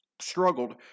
struggled